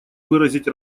выразить